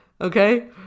okay